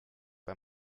bei